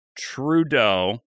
Trudeau